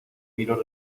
miró